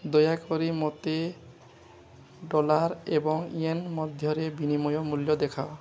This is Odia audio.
ଦୟାକରି ମୋତେ ଡଲାର୍ ଏବଂ ୟେନ୍ ମଧ୍ୟରେ ବିନିମୟ ମୂଲ୍ୟ ଦେଖାଅ